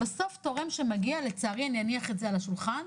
בסוף תורם שמגיע לצערי אני אניח את זה על השולחן,